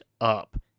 up